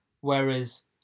Whereas